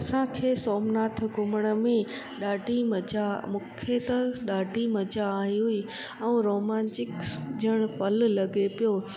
असांखे सोमनाथ घुमण में ॾाढी मज़ा मूंखे त ॾाढी मज़ा आई हुई ऐं रोमांचिक ॼण पल लॻे पियो